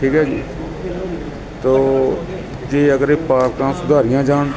ਠੀਕ ਹੈ ਜੀ ਤੋ ਜੇ ਅਗਰ ਇਹ ਪਾਰਕਾਂ ਸੁਧਾਰੀਆਂ ਜਾਣ